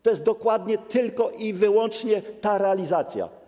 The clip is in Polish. To jest dokładnie, tylko i wyłącznie, ta realizacja.